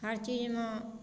हरचीजमे